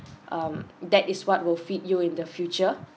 um that is what will feed you in the future